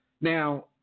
Now